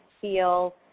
feel